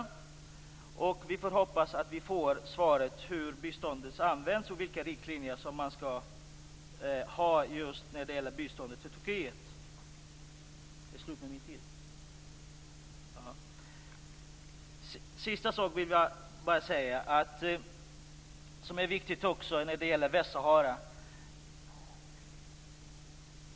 Vi får hoppas att vi får ett svar på hur biståndet används och vilka riktlinjer som man skall ha just när det gäller biståndet till Turkiet. Till sist vill jag bara säga en viktig sak när det gäller Västsahara.